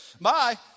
Bye